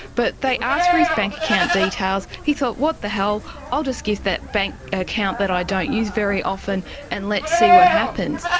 but they asked for his bank account details, he thought what the hell, i'll just give the bank account that i don't use very often and let's see what happens.